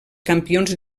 campions